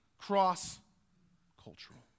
cross-cultural